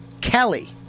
Kelly